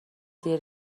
دیر